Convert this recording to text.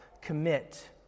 commit